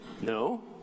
No